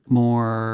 more